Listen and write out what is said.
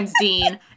dean